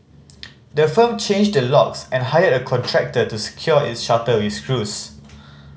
the firm changed the locks and hired a contractor to secure its shutter with screws